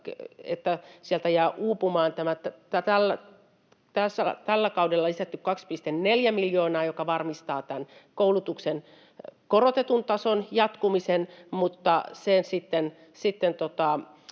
että sieltä jää uupumaan tällä kaudella lisätty 2,4 miljoonaa, joka varmistaa tämän koulutuksen korotetun tason jatkumisen, mutta onnistuin